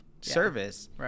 service